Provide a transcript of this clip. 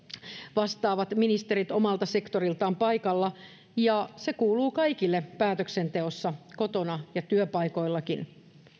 vastaavat ministerit omalta sektoriltaan paikalla ja se kuuluu kaikille päätöksenteossa kotona ja työpaikoillakin